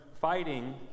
fighting